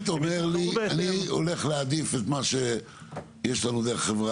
אני חושב שביחס לאיפה שהיינו לפני שלוש